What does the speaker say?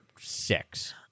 six